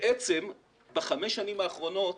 בעצם בחמש השנים האחרונות